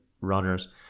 runners